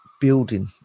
building